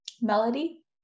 Melody